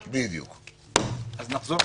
בדיוק, מחשבות.